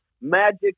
Magic